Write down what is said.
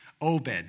Obed